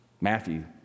Matthew